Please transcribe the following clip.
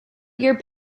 your